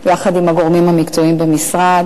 עם הגורמים המקצועיים במשרד,